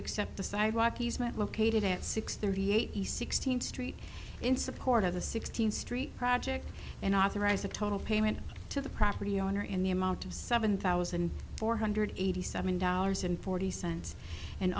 except the sidewalk easement located at six thirty eight east sixteenth street in support of the sixteenth street project and authorized the total payment to the property owner in the amount of seven thousand four hundred eighty seven dollars and forty cents and